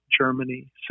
Germany